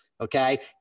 okay